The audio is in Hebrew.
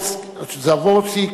יבורצ'ק,